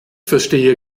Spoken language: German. verstehe